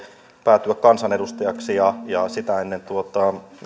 jopa kansanedustajaksi ja sitä ennen